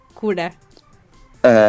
kuda